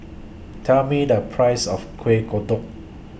Tell Me The Price of Kuih Kodok